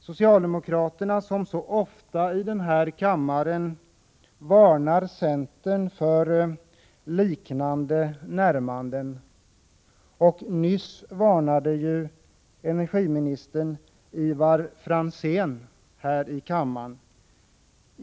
Socialdemokraterna varnar ju ofta centern för liknande närmanden, och nyss varnade energiministern Ivar Franzén här i kammaren.